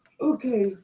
Okay